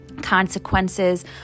consequences